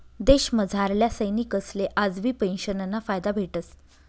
देशमझारल्या सैनिकसले आजबी पेंशनना फायदा भेटस